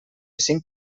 cinc